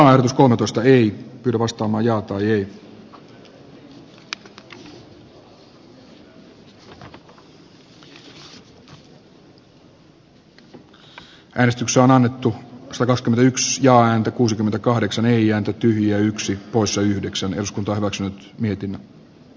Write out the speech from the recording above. sen sijaan hallituksen velkaa kasvattava politiikka on annettu sakot kymmenen x ja häntä kuusikymmentäkahdeksan ei ääntä tyhjä yksi poissa yhdeksän eduskunta hyväksyi mietinnön n